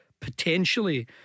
potentially